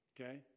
Okay